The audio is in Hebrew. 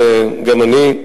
גם אני,